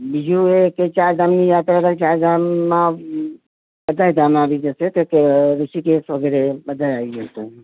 બીજું કે ચાર ધામની યાત્રામાં ચાર ધામમાં બધા ધામ આવી જશે જેમ કે ઋષિકેશ વગેરે બધા જ આવી જશે